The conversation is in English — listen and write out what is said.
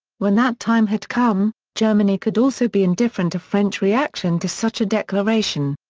when that time had come, germany could also be indifferent to french reaction to such a declaration.